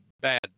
bad